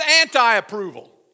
anti-approval